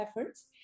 efforts